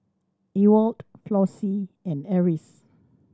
Ewald Flossie and Eris